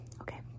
okay